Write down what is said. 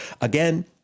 again